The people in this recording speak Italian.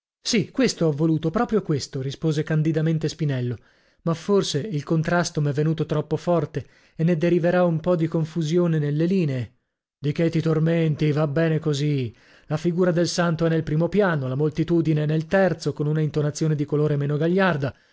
sì questo ho voluto proprio questo rispose candidamente spinello ma forse il contrasto m'è venuto troppo forte e ne deriverà un po di confusione nelle linee di che ti tormenti va bene così la figura del santo è nel primo piano la moltitudine è nel terzo con una intonazione di colore meno gagliarda